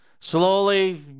slowly